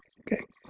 ok.